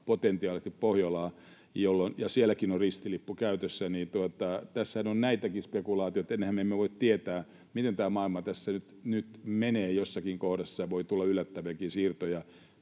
potentiaalisesti osa Pohjolaa, ja sielläkin on ristilippu käytössä. Tässähän on näitäkin spekulaatioita. Emmehän me voi tietää, miten tämä maailma tässä nyt menee. Jossakin kohdassa voi tulla yllättäviäkin siirtoja